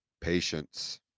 Patience